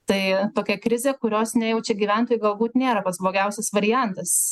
tai tokia krizė kurios nejaučia gyventojai galbūt nėra pats blogiausias variantas